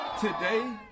Today